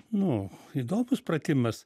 nu įdomus pratimas